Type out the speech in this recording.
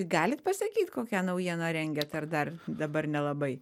galit pasakyt kokią naujieną rengiat ar dar dabar nelabai